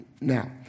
Now